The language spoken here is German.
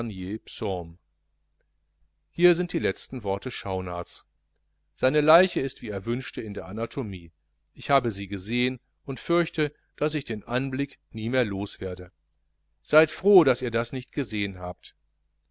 hier sind die letzten worte schaunards seine leiche ist wie er wünschte in der anatomie ich habe sie gesehen und fürchte daß ich den anblick nie mehr los werde seid froh daß ihr das nicht gesehen habt